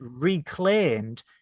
reclaimed